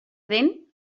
dent